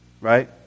Right